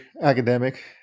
academic